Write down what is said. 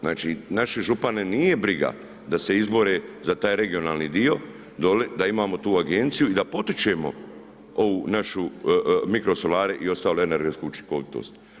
Znači naše župane nije briga da se izbore za taj regionalni dio dolje, da imamo tu agenciju i da potičemo ovu našu, mikrosolare i ostalu energetsku učinkovitost.